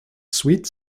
sweet